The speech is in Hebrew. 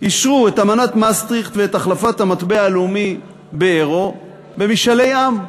אישרו את אמנת מסטריכט ואת החלפת המטבע הלאומי ביורו במשאלי עם.